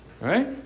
Right